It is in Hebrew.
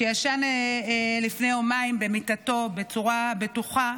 שישן לפני יומיים במיטתו בצורה בטוחה,